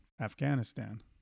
Afghanistan